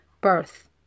birth